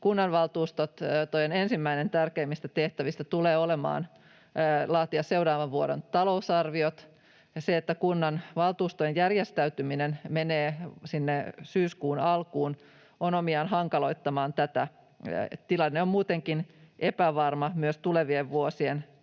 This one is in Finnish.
kunnanvaltuustojen tärkeimmistä tehtävistä tulee olemaan laatia seuraavan vuoden talousarviot, ja se, että kunnanvaltuustojen järjestäytyminen menee sinne syyskuun alkuun, on omiaan hankaloittamaan tätä. Tilanne on muutenkin epävarma myös tulevien vuosien